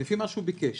לפי מה שהוא ביקש.